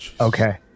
Okay